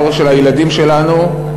הדור של הילדים שלנו,